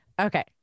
Okay